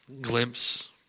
glimpse